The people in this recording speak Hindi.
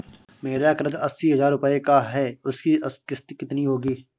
मेरा कर्ज अस्सी हज़ार रुपये का है उसकी किश्त कितनी होगी?